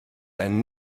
and